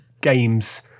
games